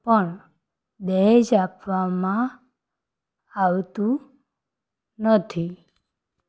પણ દહેજ આપવામાં આવતું નથી